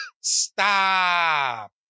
stop